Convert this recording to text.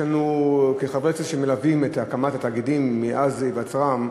כחברי כנסת שמלווים את הקמת התאגידים מאז היווצרם,